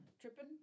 Tripping